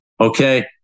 Okay